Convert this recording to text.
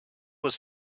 was